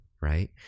Right